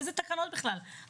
על מה מדובר?